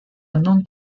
unknown